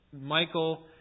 Michael